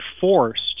forced